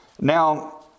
Now